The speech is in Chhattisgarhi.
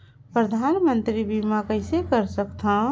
परधानमंतरी बीमा कइसे कर सकथव?